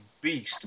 beast